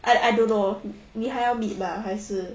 I I don't know 你还要 meet mah 还是